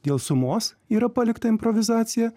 dėl sumos yra palikta improvizacija